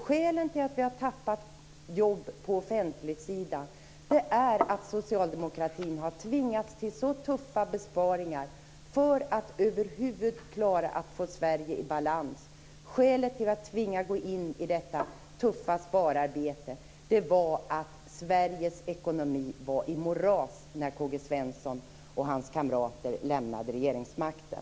Skälet till detta är att socialdemokratin har tvingats till tuffa besparingar för att över huvud taget klara att få Sverige i balans. Skälet till att vi tvingades gå in i detta tuffa spararbete var att Sveriges ekonomi var i moras när K-G Svenson och hans kamrater lämnade regeringsmakten.